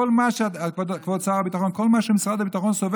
כבוד שר הביטחון,